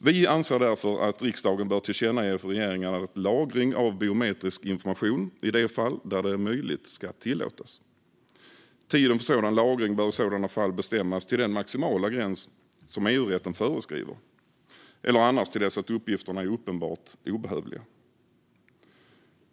Vi anser därför att riksdagen bör tillkännage för regeringen att lagring av biometrisk information ska tillåtas i de fall där det är möjligt. Tiden för sådan lagring bör i sådana fall bestämmas till den maximala gräns som EU-rätten föreskriver eller annars till dess att uppgifterna är uppenbart obehövliga.